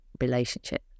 relationship